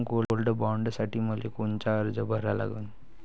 Gold बॉण्डसाठी मले कोनचा अर्ज भरा लागन?